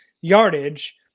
yardage